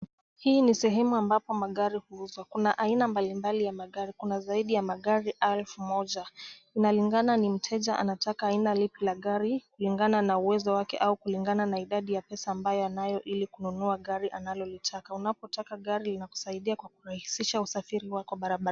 Hii ni sehemu ambapo magari huuzwa. Kuna aina mbalimbali ya magari . Kuna zaidi ya magari elfu moja. Inalingana na mteja anataka aina lipi ya gari kulingana na uwezo wake au kulingana na idadi ya pesa ambayo anayo ili kununua gari analolitaka. Unapotaka gari inakusaidia kwa kurahisisha usafiri wako wa barabarani.